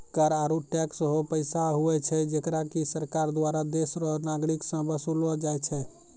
कर आरू टैक्स हौ पैसा हुवै छै जेकरा की सरकार दुआरा देस रो नागरिक सं बसूल लो जाय छै